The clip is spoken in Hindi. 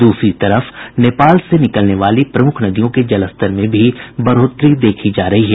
दूसरी तरफ नेपाल से निकलने वाली प्रमुख नदियों के जलस्तर में भी बढ़ोतरी देखी जा रही है